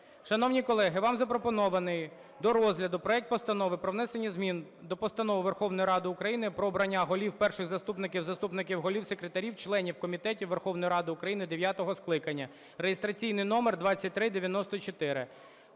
Шановні колеги, вам запропонований до розгляду проект Постанови про внесення змін до Постанови Верховної Ради України "Про обрання голів, перших заступників, заступників голів, секретарів, членів комітетів Верховної Ради України дев'ятого скликання" (реєстраційний номер 2394).